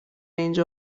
اینجا